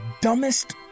dumbest